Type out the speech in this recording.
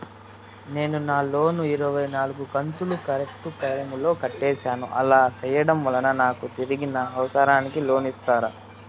నేను నా లోను ఇరవై నాలుగు కంతులు కరెక్టు టైము లో కట్టేసాను, అలా సేయడం వలన నాకు తిరిగి నా అవసరానికి లోను ఇస్తారా?